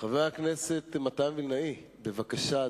חבר הכנסת מתן וילנאי, בבקשה,